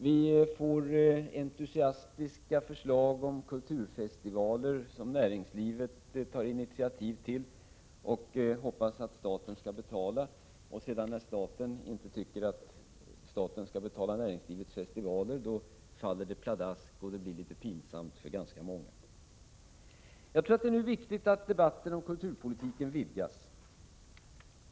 Vi får entusiastiska förslag om kulturfestivaler som näringslivet tar initiativ till och hoppas att staten skall betala. När staten sedan tycker att staten inte skall betala näringslivets festivaler, faller det hela pladask, och det blir litet pinsamt för ganska många. Jag tror att det är viktigt att debatten om kulturpolitiken vidgas.